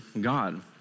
God